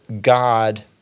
God